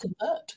convert